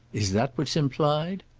is that what's implied?